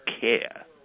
care